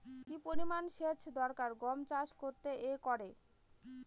কি পরিমান সেচ দরকার গম চাষ করতে একরে?